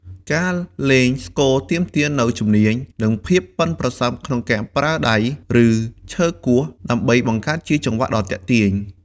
ការលេងស្គរទាមទារនូវជំនាញ និងភាពប៉ិនប្រសប់ក្នុងការប្រើដៃ ឬឈើគោះដើម្បីបង្កើតជាចង្វាក់ដ៏ទាក់ទាញ។